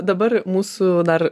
dabar mūsų dar